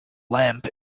lamp